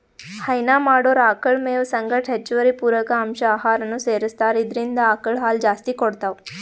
ಹೈನಾ ಮಾಡೊರ್ ಆಕಳ್ ಮೇವ್ ಸಂಗಟ್ ಹೆಚ್ಚುವರಿ ಪೂರಕ ಅಂಶ್ ಆಹಾರನೂ ಸೆರಸ್ತಾರ್ ಇದ್ರಿಂದ್ ಆಕಳ್ ಹಾಲ್ ಜಾಸ್ತಿ ಕೊಡ್ತಾವ್